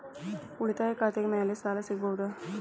ಉಳಿತಾಯ ಖಾತೆದ ಮ್ಯಾಲೆ ಸಾಲ ಸಿಗಬಹುದಾ?